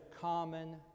common